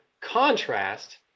contrast